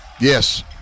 Yes